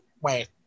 wait